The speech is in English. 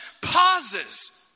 pauses